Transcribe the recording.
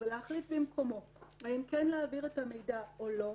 ולהחליט במקומו האם כן להעביר את המידע או לא,